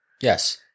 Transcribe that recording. Yes